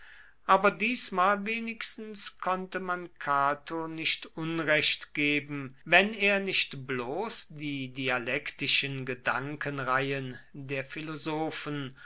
aber diesmal wenigstens konnte man cato nicht unrecht geben wenn er nicht bloß die dialektischen gedankenreihen der philosophen